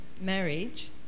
marriage